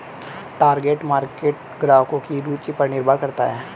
target market ग्राहकों की रूचि पर निर्भर करता है